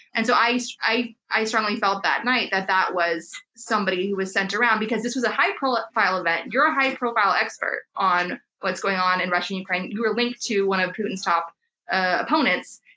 and so i i strongly felt that night that that was somebody was sent around, because this was a high-profile event, you're a high-profile expert on what's going on in russia-ukraine, who are linked to one of putin's top opponents,